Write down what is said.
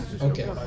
Okay